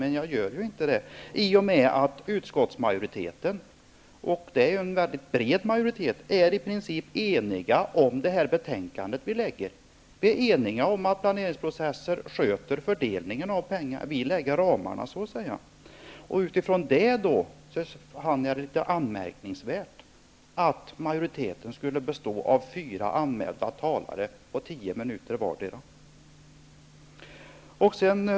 Men jag gjorde inte det i och med att utskottsmajoriteten -- och det är en mycket bred majoritet -- i princip är enig om det betänkande vi har lagt fram. Vi är eniga om att man i planeringsprocesser sköter fördelningen av pengar; vi lägger så att säga fast ramarna. Med den utgångspunkten fann jag det litet anmärkningsvärt att majoriteten skulle representeras av fyra anmälda talare med vardera tio minuters anförande.